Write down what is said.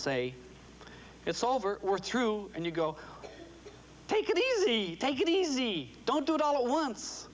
say it's all over or through and you go take it easy take it easy don't do it all at once